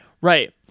Right